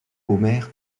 omer